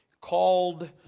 called